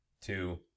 two